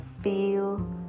feel